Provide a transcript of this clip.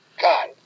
God